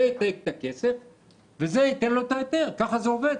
זה ייתן את הכסף וזה ייתן את ההיתר ככה זה עובד.